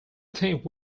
think